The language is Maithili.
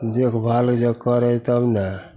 देखभाल जँ करै तब ने